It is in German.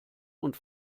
und